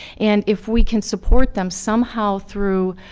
and if we can support them somehow through,